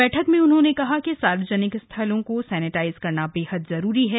बैठक में उन्होंने कहा कि सार्वजनिक स्थलों को सैनेटाइज करना बेहद जरूरी है